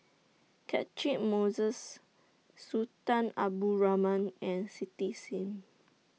Catchick Moses Sultan Abdul Rahman and Cindy SIM